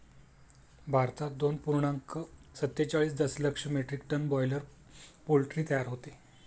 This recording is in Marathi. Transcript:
भारतात दोन पूर्णांक सत्तेचाळीस दशलक्ष मेट्रिक टन बॉयलर पोल्ट्री तयार होते